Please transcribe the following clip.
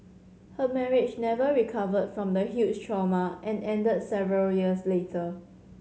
her marriage never recovered from the huge trauma and ended several years later